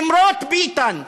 למרות ביטן,